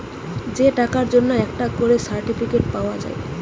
যে টাকার জন্যে একটা করে সার্টিফিকেট পাওয়া যায়